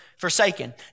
forsaken